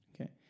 Okay